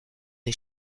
des